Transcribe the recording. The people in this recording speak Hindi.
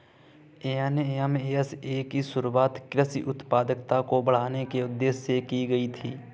एन.एम.एस.ए की शुरुआत कृषि उत्पादकता को बढ़ाने के उदेश्य से की गई थी